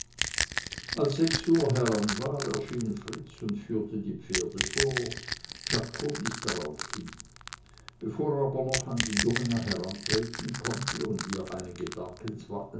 als sechs uhr heran war erschien fritz und führte die pferde vor czako wies darauf hin bevor er aber noch an die domina herantreten und ihr einige